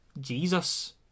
Jesus